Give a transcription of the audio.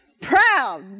proud